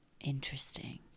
Interesting